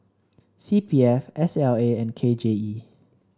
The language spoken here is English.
C P F S L A and K J E